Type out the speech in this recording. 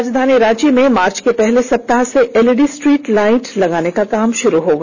राजधानी रांची में मार्च के पहले सप्ताह से एलईडी स्ट्रीट लाइट लगाने का काम शुरू होगा